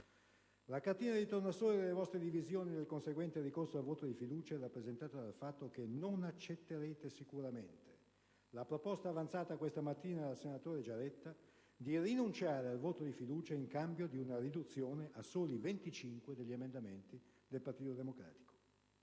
La cartina di tornasole delle vostre divisioni e del conseguente ricorso al voto di fiducia è rappresentata dal fatto che non accetterete sicuramente la proposta avanzata questa mattina dal senatore Giaretta, nella sua bella relazione di minoranza, di rinunciare al voto di fiducia in cambio di una riduzione a soli 25 degli emendamenti del Partito Democratico.